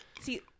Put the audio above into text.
see